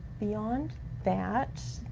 beyond that.